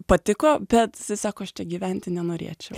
patiko bet isai sako aš čia gyventi nenorėčiau